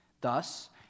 Thus